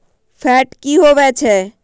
Fat की होवछै?